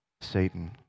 Satan